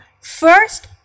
first